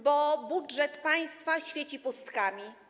Bo budżet państwa świeci pustkami.